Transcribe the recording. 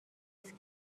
است